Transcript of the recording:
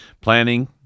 planning